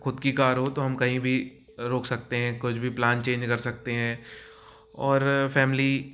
ख़ुद की कार हो तो हम कहीं भी रोक सकते हैं कुछ भी प्लान चेंज कर सकते हैं और फ़ैमली